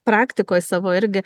praktikoj savo irgi